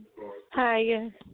Hi